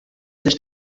sich